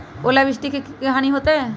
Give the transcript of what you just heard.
ओलावृष्टि से की की हानि होतै?